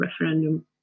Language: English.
referendum